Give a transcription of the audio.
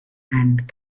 and